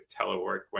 telework